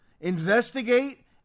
investigate